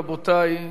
רבותי,